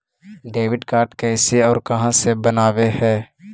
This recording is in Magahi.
डेबिट कार्ड कैसे और कहां से बनाबे है?